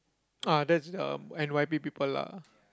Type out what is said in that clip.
ah that's the n_y_p people lah